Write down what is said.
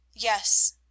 yes